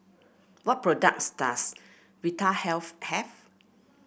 what products does Vitahealth have